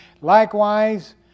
Likewise